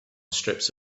strips